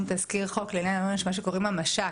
תזכיר חוק לעניין מה שקוראים המש"ק,